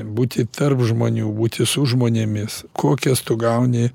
būti tarp žmonių būti su žmonėmis kokias tu gauni